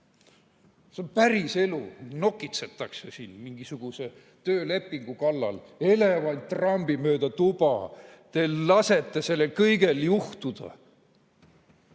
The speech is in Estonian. on päriselu! Nokitsetakse siin mingisuguse töölepingu kallal. Elevant trambib mööda tuba. Te lasete sellel kõigel juhtuda.